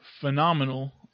phenomenal